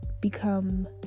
become